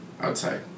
outside